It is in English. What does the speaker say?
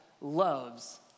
loves